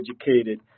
educated